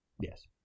Yes